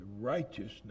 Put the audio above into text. righteousness